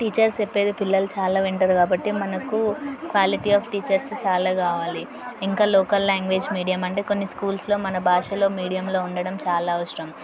teachers చెప్పేది పిల్లలు చాలా వింటారు కాబట్టి మనకు క్వాలిటీ ఆఫ్ టీచర్స్ చాలా కావాలి ఇంకా లోకల్ లాంగ్వేజ్ మీడియం అంటే కొన్ని స్కూల్స్లో మన భాషలో మీడియంలో ఉండడం చాలా అవసరం